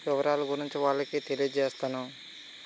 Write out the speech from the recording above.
వివరాలు గురించి వాళ్ళకి తెలియచేస్తాను